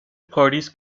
parties